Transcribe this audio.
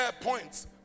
points